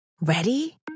Ready